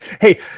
Hey